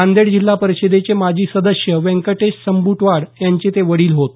नांदेड जिल्हा परिषदेचे माजी सदस्य व्यंकटेश संबुटवाड यांचे ते वडिल होत